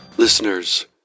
Listeners